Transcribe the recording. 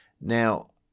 Now